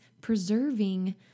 preserving